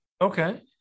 Okay